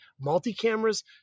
multi-cameras